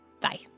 Bye